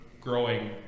growing